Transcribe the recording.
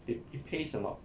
it it pays a lot